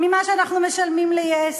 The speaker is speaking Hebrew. ממה שאנחנו משלמים ל-yes.